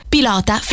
Pilota